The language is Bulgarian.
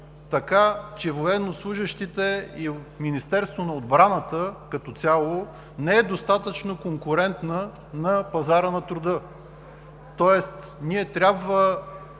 така, че военнослужещите – и от Министерство на отбраната като цяло, не са достатъчно конкурентни на пазара на труда. Тоест ние трябва